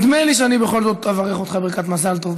נדמה לי שאני בכל זאת אברך אותך ברכת מזל טוב,